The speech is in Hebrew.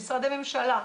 משרדי ממשלה,